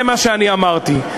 זה מה שאני אמרתי.